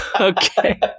Okay